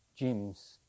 gyms